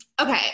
okay